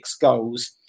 goals